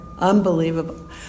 Unbelievable